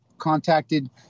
contacted